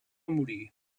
morir